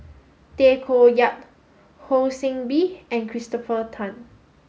Tay Koh Yat Ho See Beng and Christopher Tan